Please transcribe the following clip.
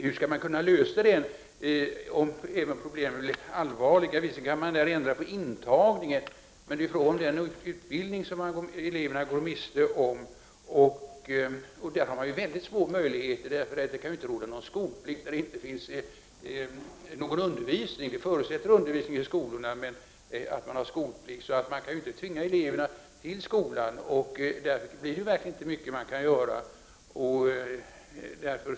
Hur skall man kunna lösa det hela om problemen blir allvarliga? Man kan visserligen ändra på intagningen, men det är fråga om den utbildning som eleverna går miste om. Där har man mycket små möjligheter, eftersom det inte kan råda någon skolplikt när det inte finns någon undervisning. Skolplikt förutsätter att det bedrivs undervisning i skolorna. Man kan ju inte tvinga eleverna till skolan. Det är inte mycket man kan göra, och tiden går. Nu är visserligen statsrådet optimist. Men om konflikten blir långvarig, kan man då inte tala om samhällsfarliga konsekvenser? I så fall bör rege — Prot. 1989/90:30 ringen ingripa. 21 november 1989 Herr talman!